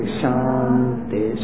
shanti